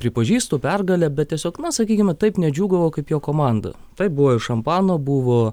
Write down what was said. pripažįstu pergalę bet tiesiog na sakykime taip nedžiūgavo kaip jo komanda taip buvo ir šampano buvo